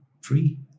free